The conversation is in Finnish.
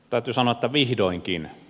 täytyy sanoa että vihdoinkin